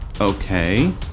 okay